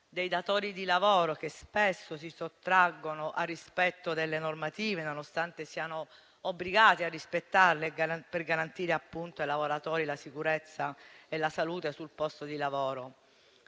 dei datori di lavoro, che spesso si sottraggono al rispetto delle normative, nonostante siano obbligati a osservarle per garantire ai lavoratori la sicurezza e la salute sul posto di lavoro.